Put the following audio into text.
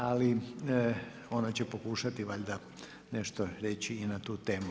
Ali, ona će pokušati valjda nešto reći i na tu temu.